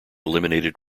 eliminated